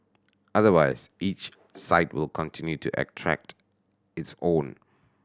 otherwise each site will continue to attract its own